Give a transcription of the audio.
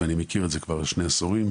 ואני מכיר את זה כבר שני עשורים,